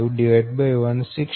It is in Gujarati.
50160